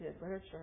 literature